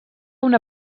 una